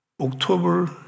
October